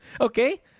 Okay